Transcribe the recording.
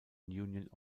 union